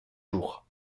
jours